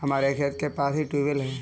हमारे खेत के पास ही ट्यूबवेल है